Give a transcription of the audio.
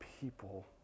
people